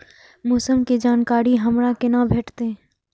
मौसम के जानकारी हमरा केना भेटैत?